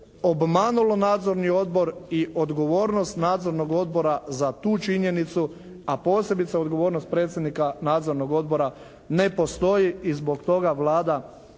Obmanulo Nadzorni odbor i odgovornost Nadzornog odbora za tu činjenicu a posebice odgovornost predsjednika Nadzornog odbora ne postoji. I zbog toga Vlada